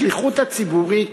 בשליחות הציבורית,